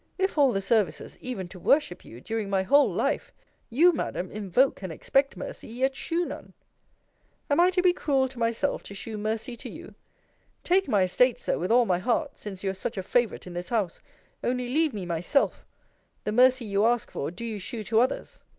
if all the services, even to worship you, during my whole life you, madam, invoke and expect mercy yet shew none am i to be cruel to myself, to shew mercy to you take my estate, sir, with all my heart, since you are such a favourite in this house only leave me myself the mercy you ask for, do you shew to others.